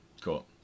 Cool